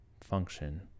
function